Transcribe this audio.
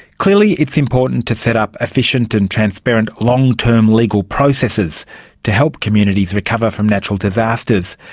clearly it's important to set up efficient and transparent long-term legal processes to help communities recover from natural disasters.